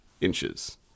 inches